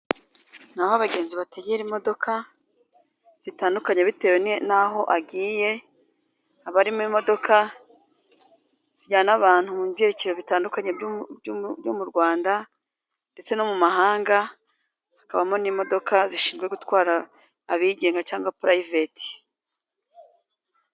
Ni aho abagenzi bategera imodoka zitandukanye bitewe n'aho agiye. Haba harimo imodoka zijyana abantu mu byiciro bitandukanye byo mu Rwanda, ndetse no mu mahanga. Hakabamo n'imodoka zishinzwe gutwara abigenga cyangwa purayiveti.